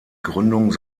gründung